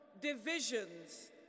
divisions